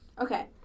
Okay